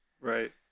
right